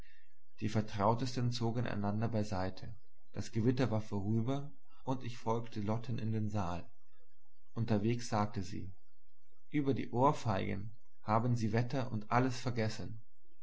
die vertrautesten zogen einander beiseite das gewitter war vorüber und ich folgte lotten in den saal unterwegs sagte sie über die ohrfeigen haben sie wetter und alles vergessen